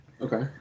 Okay